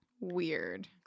weird